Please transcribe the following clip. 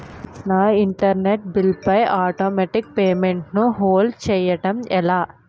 నా internet bill పై automatic payment ను హోల్డ్ చేయటం ఎలా?